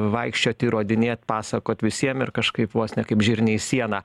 vaikščiot įrodinėt pasakot visiem ir kažkaip vos ne kaip žirniai į sieną